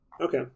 Okay